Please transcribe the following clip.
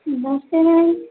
नमस्ते मैम